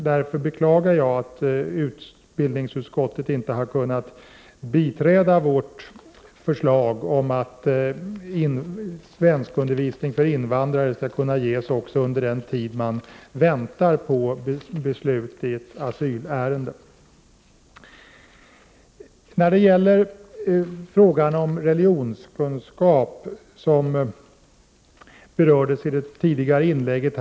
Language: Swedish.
Därför beklagar jag att utbildningsutskottet inte har kunnat biträda vårt förslag om att svenskundervisning för invandrare skall Prot. 1988/89:35 kunna ges även under den tid som man väntar på beslut i ett asylärende. 30 november 1988 När det gäller frågan om religionskunskap, vilken berördes i det tidigare — tm. orten .